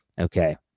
okay